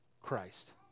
Christ